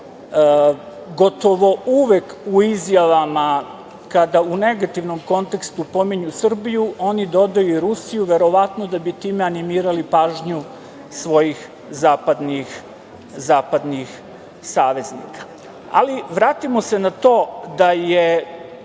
gotovo uvek u izjavama kada u negativnom kontekstu pominju Srbiju, oni dodaju i Rusiju, verovatno da bi time animirali pažnju svojih zapadnih saveznika. Ali, vratimo se na to da je